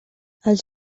els